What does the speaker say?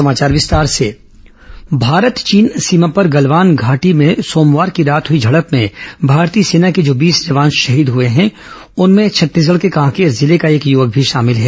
भारत चीन झड़प जवान शहीद भारत चीन सीमा पर गलवान घाटी में सोमवार की रात हुई झड़प में भारतीय सेना के जो बीस जवान शहीद हुए हैं उनमें छत्तीसगढ़ के कांकेर जिले का एक युवक भी शामिल है